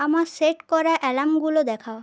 আমার সেট করা আলার্মগুলো দেখাও